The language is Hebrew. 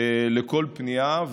לכל פנייה.